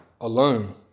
alone